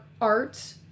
art